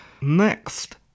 Next